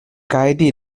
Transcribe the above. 该地